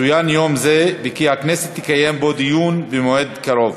יצוין יום זה וכי הכנסת תקיים בו דיון במועד קרוב.